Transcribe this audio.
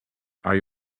are